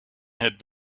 had